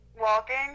walking